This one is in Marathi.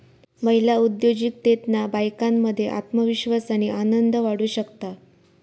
महिला उद्योजिकतेतना बायकांमध्ये आत्मविश्वास आणि आनंद वाढू शकता